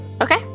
okay